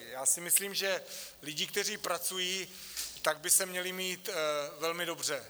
Já si myslím, že lidi, kteří pracují, tak by se měli mít velmi dobře.